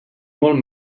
molt